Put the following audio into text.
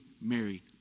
married